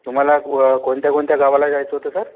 तुम्हाला वं कोणत्या कोणत्या गावाला जायचं होतं सर